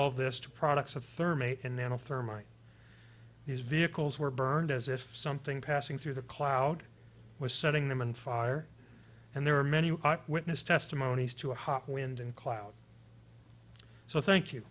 all of this to products of therm and then of thermite these vehicles were burned as if something passing through the cloud was setting them on fire and there were many witness testimonies to a hot wind and cloud so thank you